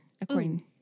According